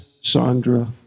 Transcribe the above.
Sandra